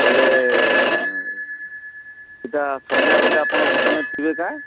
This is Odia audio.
ବଲେ ଇଟା ସନ୍ଧ୍ୟାବେଲେ ଆପଣ ଦୋକାନରେ ଥିବେ କାଁ